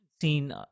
seen